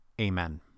Amen